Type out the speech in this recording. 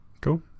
cool